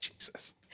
Jesus